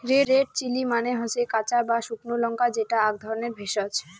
red chilli মানে হসে কাঁচা বা শুকনো লঙ্কা যেটা আক ধরণের ভেষজ